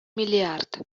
миллиард